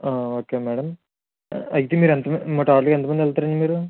okay madam అయితే మీరు ఎంత టోటల్గా ఎంతమంది వెళ్తారండి మీరు